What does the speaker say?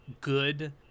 good